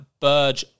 Burge